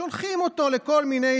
שולחים אותו לכל מיני,